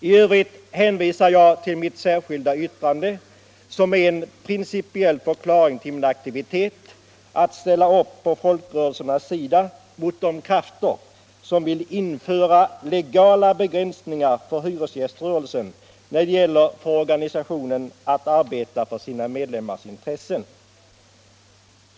I övrigt hänvisar jag till mitt särskilda yttrande med beteckningen nr 2 vid civilutskottets betänkande nr 26 som är en principiell förklaring till min aktivitet att ställa upp på folkrörelsernas sida mot de krafter som vill införa legala begränsningar för hyresgäströrelsen när det gäller organisationens möjligheter att arbeta för medlemmarnas intressen.